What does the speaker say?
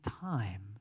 time